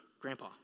grandpa